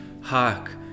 hark